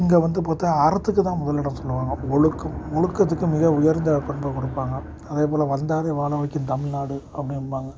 இங்கே வந்து பார்த்தா அறத்துக்கு தான் முதலிடம் சொல்லுவாங்க ஒழுக்கம் ஒழுக்கத்துக்கு மிக உயர்ந்த பண்பை கொடுப்பாங்க அதே போல் வந்தாரை வாழ வைக்கும் தமிழ்நாடு அப்படிம்பாங்க